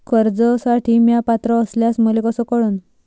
कर्जसाठी म्या पात्र असल्याचे मले कस कळन?